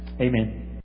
Amen